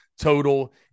total